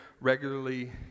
regularly